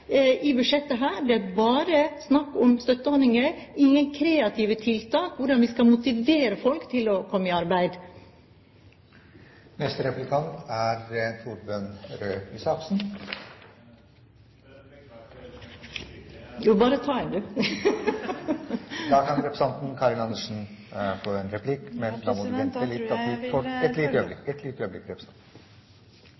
i budsjettet her. Det er bare snakk om støtteordninger og ingen kreative tiltak til hvordan vi skal motivere folk til å komme i arbeid. Da får jeg følge det opp litt, for det er jo interessant å få vite hva Venstre mener med aktive tiltak. Det virker som om Venstre da